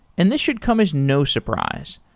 and this should come as no surprise.